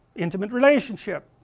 intimate relationship,